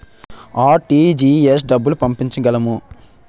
RTGS డబ్బులు పంపించగలము?